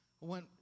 went